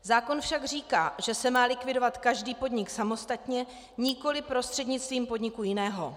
Zákon však říká, že se má likvidovat každý podnik samostatně, nikoli prostřednictvím podniku jiného.